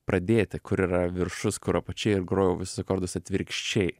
pradėti kur yra viršus kur apačia ir grojau visus akordus atvirkščiai